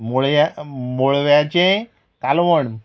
मुळ्या मुळव्याचें कालवण